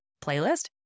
playlist